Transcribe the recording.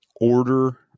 order